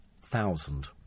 thousand